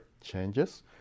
changes